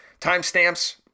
Timestamps